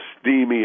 steamy